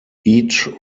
each